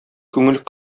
күңел